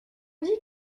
dis